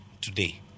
today